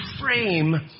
frame